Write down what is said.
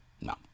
no